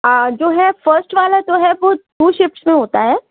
جو ہے فرسٹ والا جو ہے وہ ٹو شفٹس میں ہوتا ہے